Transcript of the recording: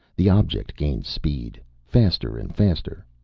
the object gained speed. faster and faster.